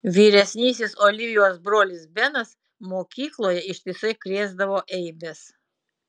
vyresnysis olivijos brolis benas mokykloje ištisai krėsdavo eibes